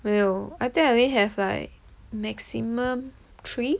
没有 I think I only have like maximum three